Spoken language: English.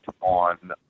on